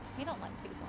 we don't like